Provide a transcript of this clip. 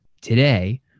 Today